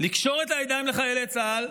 לקשור את הידיים לחיילי צה"ל,